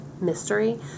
mystery